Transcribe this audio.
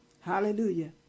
hallelujah